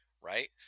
Right